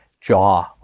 jaw